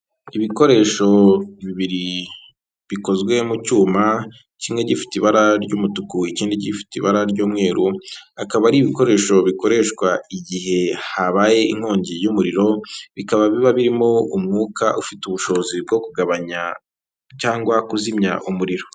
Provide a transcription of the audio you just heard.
Ibikoresho bibiri bikozwe mu cyuma, kimwe gifite ibara ry'umutuku ikindi gifite ibara ry'umweru, akaba ari ibikoresho bikoreshwa igihe habaye inkongi y'umuriro, bikaba biba birimo umwuka ufite ubushobozi bwo kugabanya cyangwa kuzimya umuriro.